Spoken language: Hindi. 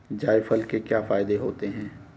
जायफल के क्या फायदे होते हैं?